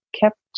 kept